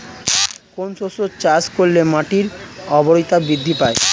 কোন শস্য চাষ করলে মাটির উর্বরতা বৃদ্ধি পায়?